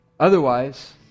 Otherwise